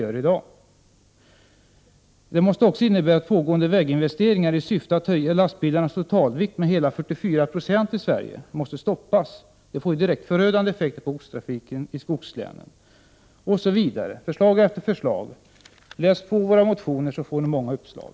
En sådan omprövning måste också innebära att pågående väginvesteringar i syfte att höja lastbilarnas totalvikt i Sverige med hela 44 96 stoppas — det skulle få direkt förödande effekter på godstrafiken i skogslänen. Det är några av våra förslag. Läs våra motioner så får ni många uppslag!